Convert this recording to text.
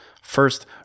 First